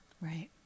Right